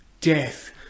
death